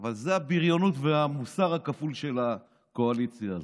אבל זה הבריונות והמוסר הכפול של הקואליציה הזאת.